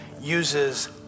uses